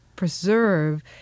preserve